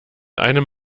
einem